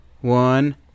one